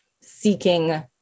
seeking